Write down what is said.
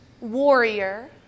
warrior